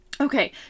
okay